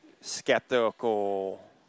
skeptical